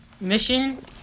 mission